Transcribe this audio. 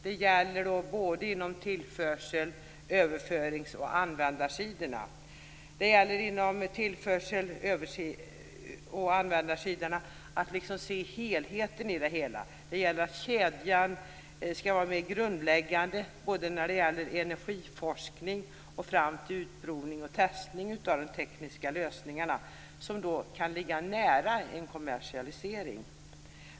Det gäller att se helheten inom tillförsel-, överförings och användarområdena. Det gäller hela kedjan från mer grundläggande energiforskning fram till utprovning och testning av tekniska lösningar som ligger nära en kommersialisering.